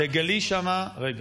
תגלי שם, רגע.